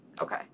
Okay